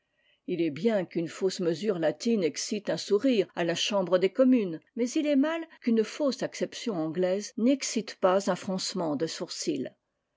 ii est bien qu'une fausse mesure latine excite un sourire à la chambre des communes mais il est mal qu'une fausse acception anglaise n'y excite pas un froncement de sourcils